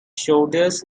shoulders